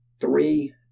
three